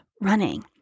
running